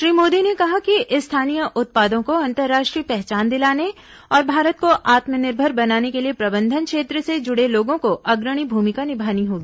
श्री मोदी ने कहा कि स्थानीय उत्पादों को अंतर्राष्ट्रीय पहचान दिलाने और भारत को आत्मनिर्भर बनाने के लिए प्रबंधन क्षेत्र से जुड़े लोगों को अग्रणी भूमिका निभानी होगी